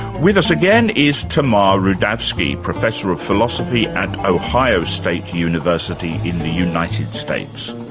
with us again is tamar rudavsky, professor of philosophy at ohio state university in the united states.